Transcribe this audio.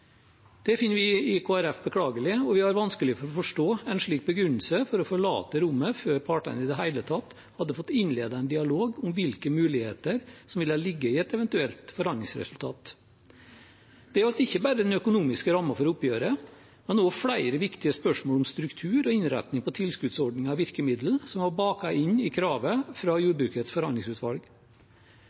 Det finner vi i Kristelig Folkeparti beklagelig, og vi har vanskelig for å forstå en slik begrunnelse for å forlate rommet før partene i det hele tatt hadde fått innledet en dialog om hvilke muligheter som ville ligge i et eventuelt forhandlingsresultat. Det gjaldt ikke bare den økonomiske rammen for oppgjøret, men også flere viktige spørsmål om struktur og innretting på tilskuddsordninger og virkemidler som var bakt inn i kravet fra Jordbrukets forhandlingsutvalg.